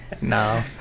No